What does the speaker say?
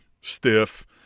stiff